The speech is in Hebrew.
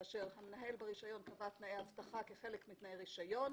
כאשר המנהל ברישיון קבע תנאי אבטחה כחלק מתנאי רישיון,